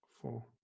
Four